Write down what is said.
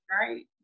right